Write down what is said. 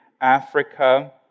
Africa